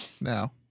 now